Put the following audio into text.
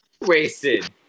Wasted